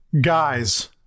Guys